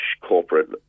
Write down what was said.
corporate